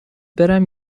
برم